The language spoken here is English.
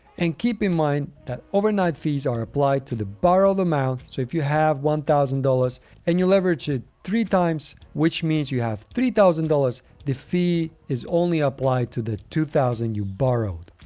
and keep in mind that overnight fees are applied to the borrowed amount. so if you have one thousand dollars and you leverage it three times, which means you have three thousand dollars, the fee is only applied to the two thousand dollars you borrowed.